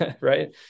Right